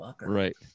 Right